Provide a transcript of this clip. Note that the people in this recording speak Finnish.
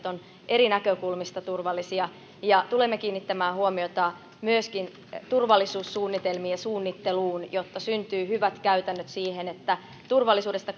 ovat eri näkökulmista turvallisia ja tulemme kiinnittämään huomiota myöskin turvallisuussuunnitelmiin ja suunnitteluun jotta syntyy hyvät käytännöt siihen että turvallisuudesta